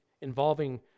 involving